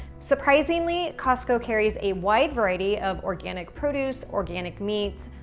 surprisingly, costco carries a wide variety of organic produce, organic meats,